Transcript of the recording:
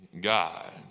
God